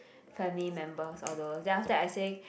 family members all those then after that I say